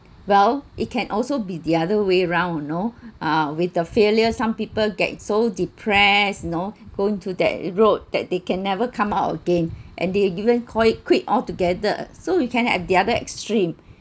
well it can also be the other way around you know uh with the failure some people get so depressed you know going to that route that they can never come out again and they even call it quit altogether so you can have the other extreme